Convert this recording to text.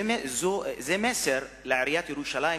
זה מסר לעיריית ירושלים,